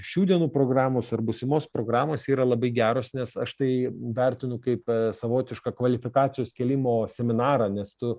šių dienų programos ar būsimos programos yra labai geros nes aš tai vertinu kaip savotišką kvalifikacijos kėlimo seminarą nes tu